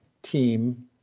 Team